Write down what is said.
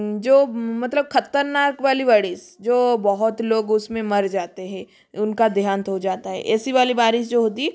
जो मतलब ख़तरनाक वाली बारिश जो बहुत लोग उसमें मर जाते है उनका देहान्त हो जाता है ऐसी वाली बारिश जो होती है